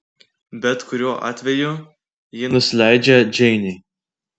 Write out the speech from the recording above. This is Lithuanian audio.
bet kuriuo atveju ji nusileidžia džeinei